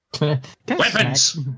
Weapons